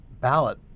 ballot